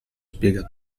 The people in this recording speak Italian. spiega